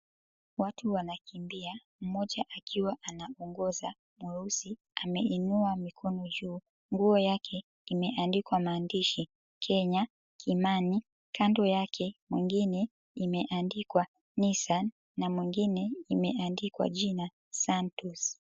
Watu wanakimbia mmoja akiwa anaongoza mweusi ameinua mikono juu nguo yake imeandikwa maandishi, Kenya Kimani kando yake, ingine imeandikwa, Nissan na mwingine jina yake imeandikwa, Santos.